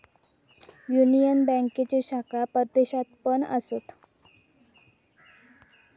union बँकेचे शाखा परदेशात पण असत